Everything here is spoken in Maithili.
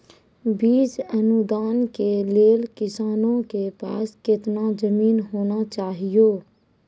बीज अनुदान के लेल किसानों के पास केतना जमीन होना चहियों?